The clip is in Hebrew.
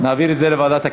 נעביר את זה לוועדת הכנסת.